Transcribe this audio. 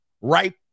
right